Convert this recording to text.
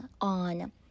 on